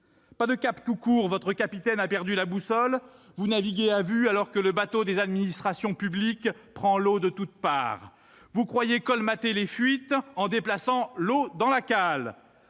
Pas de cap tout court : votre capitaine a perdu la boussole, vous naviguez à vue alors que le bateau des administrations publiques prend l'eau de toutes parts. Vous croyez colmater les fuites en déplaçant l'eau dans la cale